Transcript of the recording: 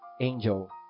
angel